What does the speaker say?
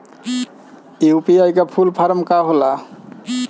UPI का full form का होला?